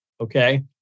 Okay